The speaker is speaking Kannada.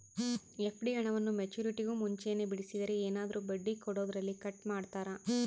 ಎಫ್.ಡಿ ಹಣವನ್ನು ಮೆಚ್ಯೂರಿಟಿಗೂ ಮುಂಚೆನೇ ಬಿಡಿಸಿದರೆ ಏನಾದರೂ ಬಡ್ಡಿ ಕೊಡೋದರಲ್ಲಿ ಕಟ್ ಮಾಡ್ತೇರಾ?